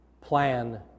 plan